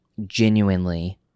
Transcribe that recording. genuinely